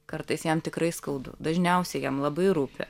kartais jam tikrai skaudu dažniausiai jam labai rūpi